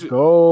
go